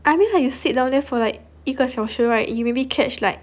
I mean like you sit down there for like 一个小时 right you maybe catch like